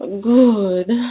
good